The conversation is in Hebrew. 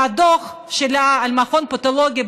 הדוח שלה על המכון הפתולוגי,